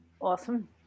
Awesome